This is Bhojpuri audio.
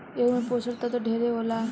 एहू मे पोषण तत्व ढेरे होला